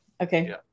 Okay